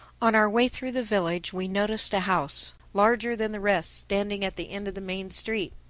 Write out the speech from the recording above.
on our way through the village we noticed a house, larger than the rest, standing at the end of the main street.